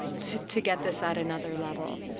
to to get this at another level.